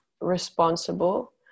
responsible